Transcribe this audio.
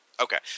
Okay